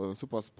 super